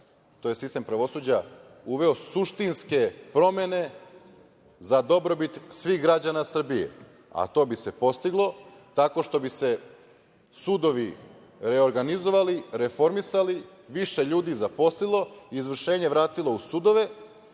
to jest sistem pravosuđa uveo suštinske promene za dobrobit svih građana Srbije, a to bi se postiglo tako što bi se sudovi reorganizovali, reformisali, više ljudi zaposlilo, izvršenje vratilo u sudove,